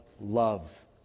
love